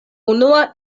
unua